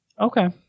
Okay